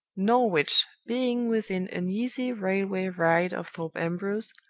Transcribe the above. norwich being within an easy railway ride of thorpe ambrose,